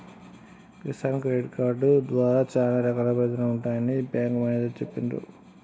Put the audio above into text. Kisan credit card ద్వారా చానా రకాల ప్రయోజనాలు ఉంటాయని బేంకు మేనేజరు చెప్పిన్రు